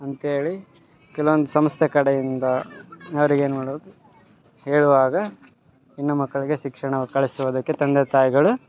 ಅಂತ್ಹೇಳಿ ಕೆಲವೊಂದು ಸಂಸ್ಥೆ ಕಡೆಯಿಂದ ಅವರಿಗೆ ಏನ್ಮಾಡಬೇಕು ಹೇಳುವಾಗ ಹೆಣ್ಣು ಮಕ್ಕಳಿಗೆ ಶಿಕ್ಷಣವ ಕಳಿಸೋದಕ್ಕೆ ತಂದೆ ತಾಯ್ಗಳು